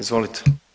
Izvolite.